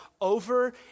over